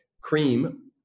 cream